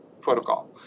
protocol